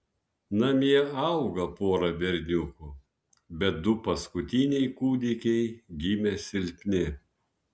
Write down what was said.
namie auga pora berniukų bet du paskutiniai kūdikiai gimė silpni